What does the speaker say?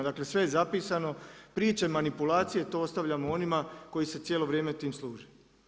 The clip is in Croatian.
Dakle, sve je zapisano priče, manipulacije to ostavljamo onima koji se cijelo vrijeme tim služi.